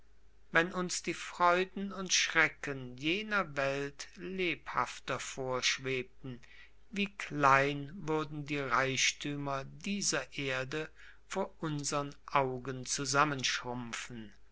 wenn uns die freuden und schrecken jener welt lebhafter vorschwebten wie klein würden die reichtümer dieser erde vor unsern augen